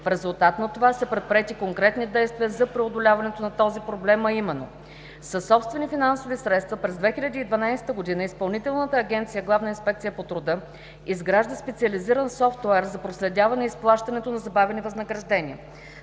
В резултат на това са предприети конкретни действия за преодоляването на този проблем, а именно: - със собствени финансови средства през 2012 г. Изпълнителната агенция „Главна инспекция по труда“ изгражда специализиран софтуер за проследяване изплащането на забавени възнаграждения.